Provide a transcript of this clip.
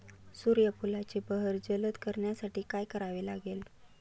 सूर्यफुलाची बहर जलद करण्यासाठी काय करावे लागेल?